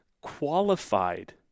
qualified